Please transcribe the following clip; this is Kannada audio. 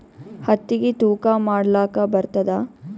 ಹತ್ತಿಗಿ ತೂಕಾ ಮಾಡಲಾಕ ಬರತ್ತಾದಾ?